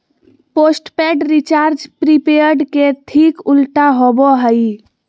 postpaid recharge prepaid के ठीक उल्टा होबो हइ